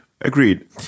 agreed